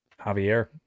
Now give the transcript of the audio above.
Javier